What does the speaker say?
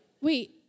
Wait